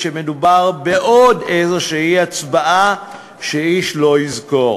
שמדובר בעוד איזו הצבעה שאיש לא יזכור.